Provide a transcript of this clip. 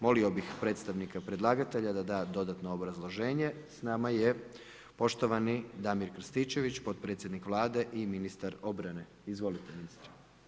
Molio bih predstavnika predlagatelja da da dodatno obrazloženje, s nama je poštovani Damir Krstičević, potpredsjednik Vlade i ministar obrane, izvolite ministre.